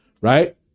Right